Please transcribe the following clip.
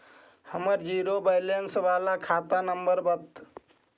हमर zero balance बाला खाता नम्बर बत?